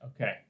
okay